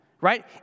right